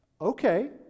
Okay